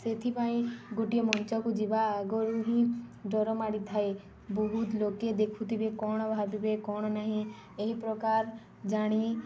ସେଥିପାଇଁ ଗୋଟିଏ ମଞ୍ଚକୁ ଯିବା ଆଗରୁ ହିଁ ଡର ମାଡ଼ିଥାଏ ବହୁତ ଲୋକେ ଦେଖୁଥିବେ କ'ଣ ଭାବିବେ କ'ଣ ନାହିଁ ଏହି ପ୍ରକାର ଜାଣି